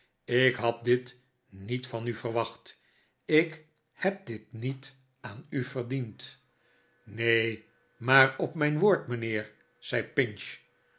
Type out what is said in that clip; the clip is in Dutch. ik had dit niet van u verwachtj ik heb dit niet aan u verdiend neen maar op mijn woord mijnheer zei pinch